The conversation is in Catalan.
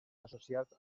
associats